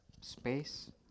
space